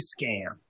scam